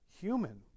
human